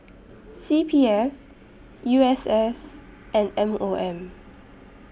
C P F U S S and M O M